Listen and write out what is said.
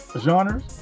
genres